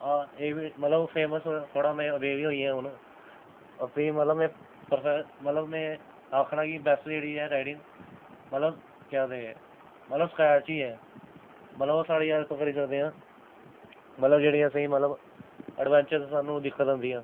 ते में फेमस थोह्ड़ा ओह्दे ई होई गेआ में में परफैक्ट आखनी के बैस्ट जेह्ड़ी ऐ राइडिंग मतलब केह् आखदे स्क्रैच ई ऐ मतलब ओह् साढ़ी हैल्प करी सकदे आं मतलब जेह्ड़ी असेंगी मतलब अड़बैंचर स्हानूं दिक्कत आंदी ऐ